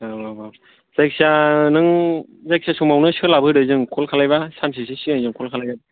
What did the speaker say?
औ औ औ जायखिया नों जायखिया समावनो सोलाब होदो जों कल खालायब्ला सानसेसो सिगां जों कल खालायगोन